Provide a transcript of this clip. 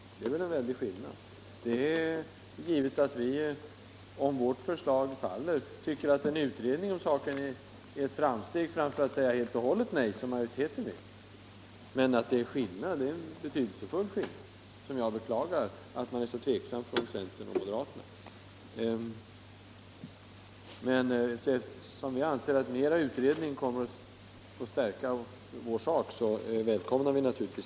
Det är en väldig skillnad! Det är dock givet att vi, om vårt förslag faller, tycker att en utredning om saken ändå är ett framsteg i jämförelse med att säga nej helt och hållet som majoriteten vill. "Det är en betydelsefull skillnad, och jag beklagar därför att centerpartisterna och moderaterna är så tveksamma. Men eftersom vi anser att ytterligare utredning kommer att stärka vår sak, välkomnar vi en sådan.